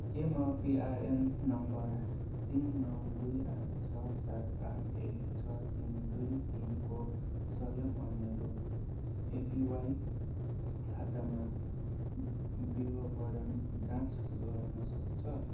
के म PRAN number तिन नौ दुई आठ छ चार आठ एक छ तिन दुई तिनको सहयोगमा मेरो एपिवाई खाताका विवरणहरू जाँच गर्नसक्छु